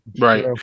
right